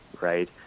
right